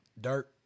Dirt